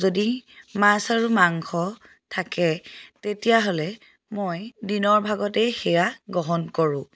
যদি মাছ আৰু মাংস থাকে তেতিয়াহ'লে মই দিনৰ ভাগতেই সেয়া গ্ৰহণ কৰোঁ